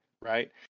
right